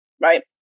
right